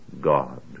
God